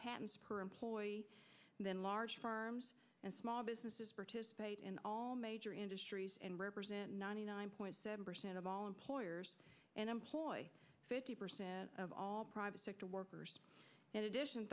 patents per employee than large farms and small businesses participate in all major industries and represent ninety nine point seven percent of all employers and employ fifty percent of all private sector workers in addition